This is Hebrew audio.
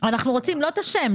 אנחנו רוצים לא את השם,